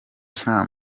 nta